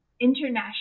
international